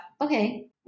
okay